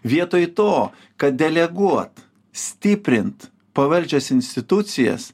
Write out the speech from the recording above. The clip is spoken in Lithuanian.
vietoj to kad deleguot stiprint pavaldžias institucijas